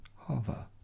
Hover